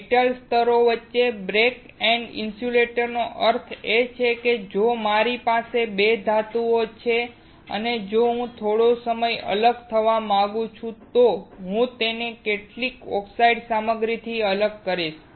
metal સ્તરો વચ્ચે backend ઇન્સ્યુલેટરનો અર્થ એ છે કે જો મારી પાસે બે ધાતુઓ છે અને હું થોડો અલગ થવા માંગુ છું તો હું તેને કેટલીક ઓક્સાઇડ સામગ્રીથી અલગ કરીશ